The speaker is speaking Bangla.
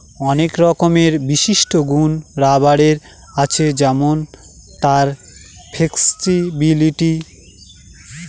অনেক রকমের বিশিষ্ট গুন রাবারের আছে যেমন তার ফ্লেক্সিবিলিটি